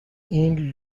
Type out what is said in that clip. این